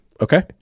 okay